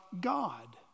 God